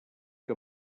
que